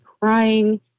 crying